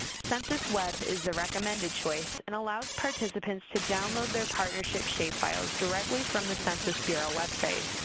census web is the recommended choice and allows participants to download their partnership shapefiles directly from the census bureau website.